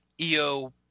eo